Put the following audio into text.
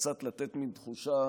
קצת לתת מין תחושה,